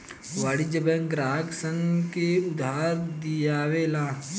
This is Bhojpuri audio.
वाणिज्यिक बैंक ग्राहक सन के उधार दियावे ला